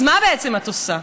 אז מה בעצם את עושה?